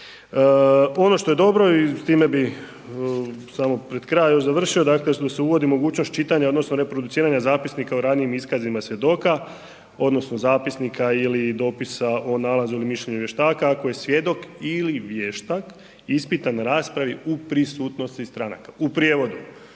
Ono što je dobro i s time bih samo pred kraj još završio, dakle što se uvodi mogućnost čitanja, odnosno reproduciranja zapisnika o ranijim iskazima svjedoka, odnosno zapisnika ili dopisa o nalazu ili mišljenju vještaka ako je svjedok ili vještak ispitan na raspravi u prisutnosti stranaka. U prijevodu,